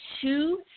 two